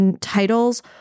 titles